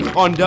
on